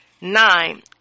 Nine